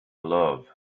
love